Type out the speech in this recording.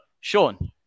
Sean